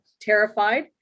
terrified